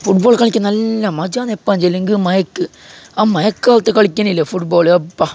football കളിക്ക് നല്ല മജ്ജ് ആണ് എപ്പോൾ മഴയ്ക്ക് ആ മഴക്കാലത്ത് കളിക്കുന്നതില്ലേ ഫുട്ബോൾ എപ്പം